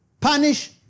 punish